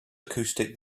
acoustics